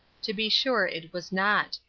to be sure it was not.